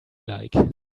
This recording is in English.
like